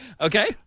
Okay